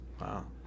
wow